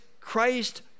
Christ